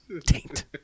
taint